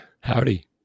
Howdy